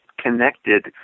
connected